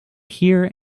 here